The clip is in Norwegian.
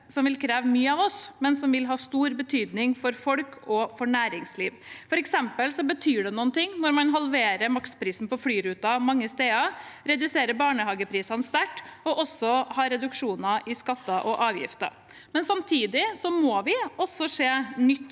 som vil kreve mye av oss, men som vil ha stor betydning for folk og for næringsliv. For eksempel betyr det noe når man halverer maksprisen på flyruter mange steder, reduserer barnehageprisene sterkt og også har reduksjoner i skatter og avgifter. Samtidig må vi også se nytt